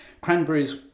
cranberries